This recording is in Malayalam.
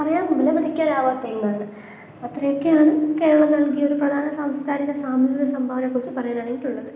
പറയാൻ വിലമതിക്കാനാവാത്ത ഒന്നാണ് അത്രയൊക്കെയാണ് കേരളം നൽകിയൊരു കലാ സാംസ്കാരിക സാമൂഹിക സംഭവനകളെക്കുറിച്ച് പറയാനായിട്ടുള്ളത്